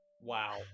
Wow